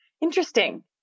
Interesting